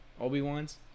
Obi-Wan's